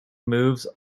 moves